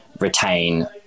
retain